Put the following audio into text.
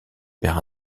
père